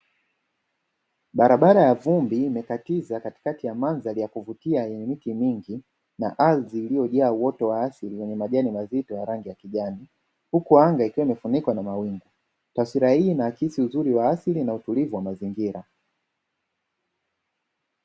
Barabara ya vumbi imekatiza katikati ya mandhari ya kuvutia yenye miti mingi. Na ardhi iliyojaa uoto wa asili wenye majani mazito ya rangi ya kijani huku anga likiwa imefunikwa na mawingu. Taswira hii inaakisi uzuri wa asili na utulivu wa mazingira.